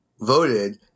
voted